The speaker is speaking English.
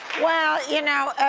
well you know,